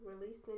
released